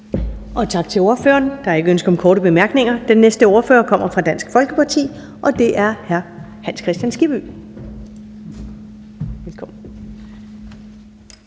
Tak til ordføreren. Der er ingen ønsker om korte bemærkninger. Den næste ordfører kommer fra Dansk Folkeparti, og det er hr. Bent Bøgsted. Velkommen.